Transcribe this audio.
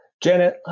Janet